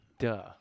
Duh